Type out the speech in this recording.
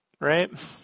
right